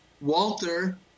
Walter